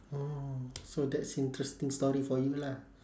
oh so that's interesting story for you lah